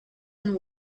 and